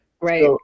right